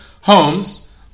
homes